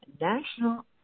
national